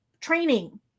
training